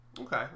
Okay